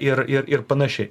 ir ir ir panašiai